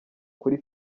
kuri